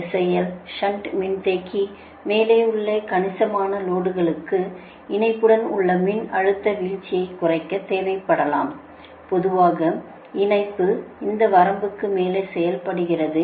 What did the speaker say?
SIL shunt மின்தேக்கி மேலே உள்ள கணிசமான லோடுகளுக்கு இணைப்புடன் உள்ள மின்னழுத்த வீழ்ச்சியைக் குறைக்க தேவைப்படலாம் பொதுவாக இணைப்பு இந்த வரம்புக்கு மேலே செயல்படுகிறது